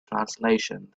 translation